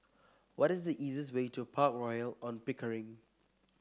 what is the easiest way to Park Royal On Pickering